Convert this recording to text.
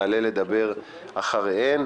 נעלה לדבר אחריהן.